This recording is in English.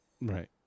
Right